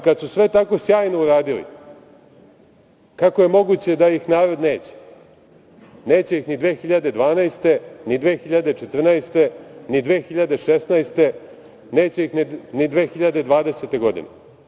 Kada su sve tako sjajno uradili, kako je moguće da ih narod neće, neće ih ni 2012, ni 2014, ni 2016, neće ih ni 2020. godine.